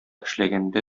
эшләгәндә